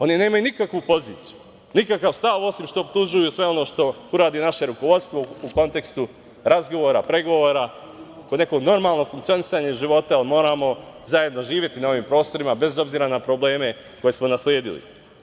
Oni nemaju nikakvu poziciju, nikakav stav, osim što optužuju sve ono što uradi naše rukovodstvo u kontekstu razgovora, pregovora, o nekom normalnom funkcionisanju života, moramo zajedno živeti na ovim prostorima, bez obzira na probleme koje smo nasledili.